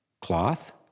cloth